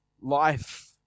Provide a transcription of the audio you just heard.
life